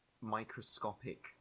microscopic